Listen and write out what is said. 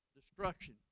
destruction